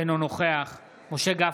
אינו נוכח משה גפני,